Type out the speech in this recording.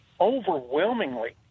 Overwhelmingly